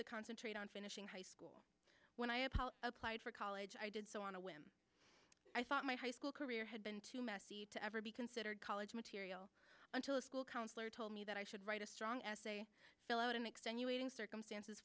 to concentrate on finishing high school when i applied for college i did so on a whim i thought my high school career had been too messy to ever be considered college material until a school counselor told me that i should write a strong essay fill out an extenuating circumstances